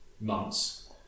months